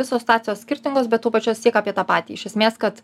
visos situacijos skirtingos bet tuo pačiu vis tiek apie tą patį iš esmės kad